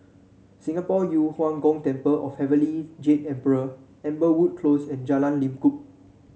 Singapore Yu Huang Gong Temple of Heavenly Jade Emperor Amberwood Close and Jalan Lekub